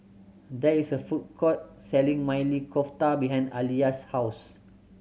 there is a food court selling Maili Kofta behind Aliya's house